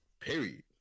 period